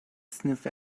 sniff